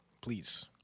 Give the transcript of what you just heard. Please